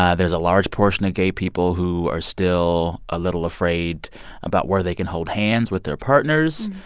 ah there's a large portion of gay people who are still a little afraid about where they can hold hands with their partners.